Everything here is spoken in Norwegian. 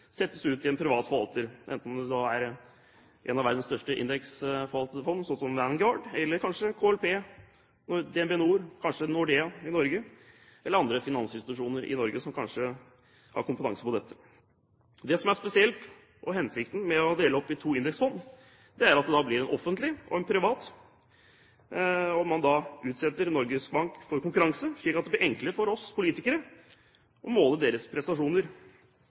settes ut til en privat forvalter, enten det er et av verdens største indeksforvalterfond, Vanguard, eller kanskje KLP, DnB NOR, Nordea i Norge eller andre finansinstitusjoner i Norge som har kompetanse på dette. Det som er spesielt og er hensikten med å dele det opp i to indeksfond, er at det da blir en offentlig og en privat del. Man utsetter da Norges Bank for konkurranse, slik at det blir enklere for oss politikere å måle deres prestasjoner,